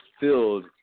filled